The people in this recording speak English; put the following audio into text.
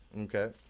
Okay